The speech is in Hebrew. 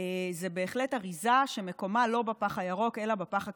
זה בהחלט אריזה שמקומה לא בפח הירוק אלא בפח הכתום.